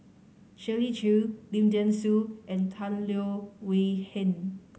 Shirley Chew Lim Thean Soo and Tan Leo Wee Hin